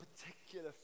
particular